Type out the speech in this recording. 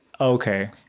Okay